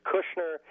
Kushner